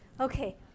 Okay